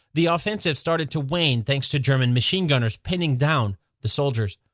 the offensive started to wane thanks to german machine gunners pinning down the soldiers.